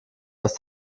aus